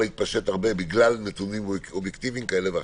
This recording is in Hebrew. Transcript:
להתפשט מאוד בגלל נתונים אובייקטיביים כאלה ואחרים.